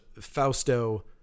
Fausto